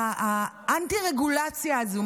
האנטי-רגולציה הזאת,